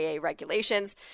regulations